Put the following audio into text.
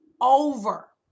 over